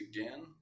again